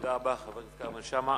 תודה רבה, חבר הכנסת כרמל שאמה.